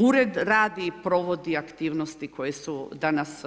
Ured radi i provodi aktivnosti koje su danas